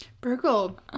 Burgle